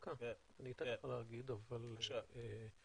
בבקשה.